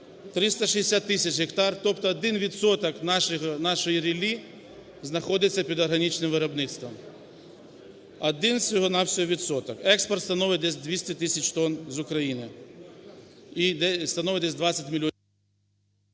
360 тисяч гектар, тобто 1 відсоток нашої ріллі, знаходиться під органічним виробництвом. Один всього-на-всього відсоток. Експорт становить десь 200 тисяч тонн з України,